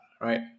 right